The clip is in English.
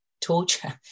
torture